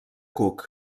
cook